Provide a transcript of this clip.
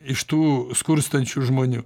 iš tų skurstančių žmonių